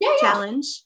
challenge